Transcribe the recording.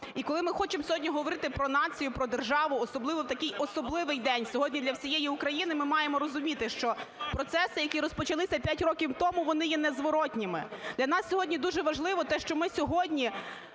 І коли ми хочемо сьогодні говорити про націю, про державу, особливо в такий особливий день сьогодні для всієї України, ми маємо розуміти, що процеси, які розпочалися 5 років тому, вони є не зворотними. Для нас сьогодні дуже важливо те, що ми сьогодні